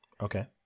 Okay